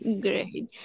Great